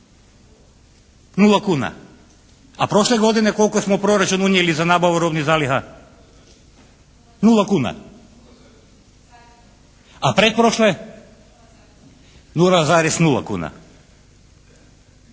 Nula kuna. A prošle godine, koliko smo u proračun unijeli za nabavu robnih zaliha? Nula kuna. A pretprošle? 0,0 kuna.